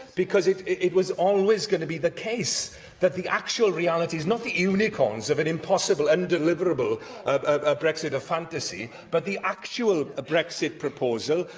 because it it was always going to be the case that the actual realities not the unicorns of an impossible, undeliverable ah brexit of fantasy, but the actual brexit proposal,